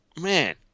Man